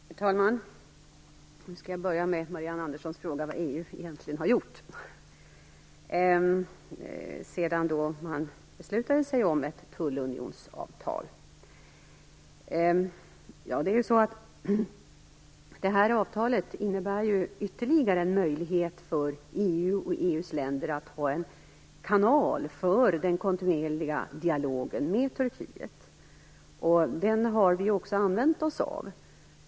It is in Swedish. Herr talman! Jag skall börja med Marianne Anderssons fråga om vad EU egentligen har gjort sedan man belutade om ett tullunionsavtal. Avtalet innebär ju ytterligare en möjlighet för EU och EU:s länder att ha en kanal för den kontinuerliga dialogen med Turkiet, och den har vi också använt oss av.